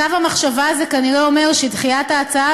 קו המחשבה הזה כנראה אומר שדחיית ההצעה